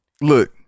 Look